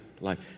life